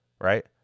right